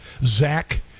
Zach